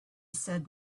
said